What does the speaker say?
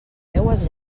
meues